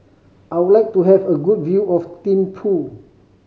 I would like to have a good view of Thimphu